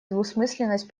двусмысленность